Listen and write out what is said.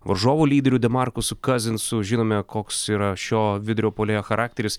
varžovų lyderių de markusu kazinsu žinome koks yra šio vidurio puolėjo charakteris